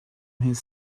his